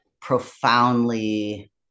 profoundly